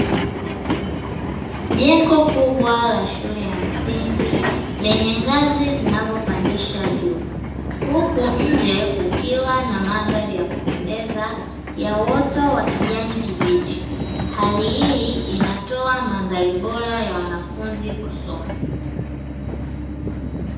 Jengo kubwa la shule ya msingi lenye ngazi zinazopandisha juu, huku nje kukiwa na mandhari ya kupendeza ya uoto wa kijani kibichi. Hali hii inatoa mandhari bora ya wanafunzi kusoma.